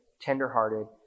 tenderhearted